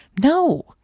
No